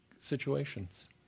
Situations